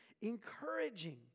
encouraging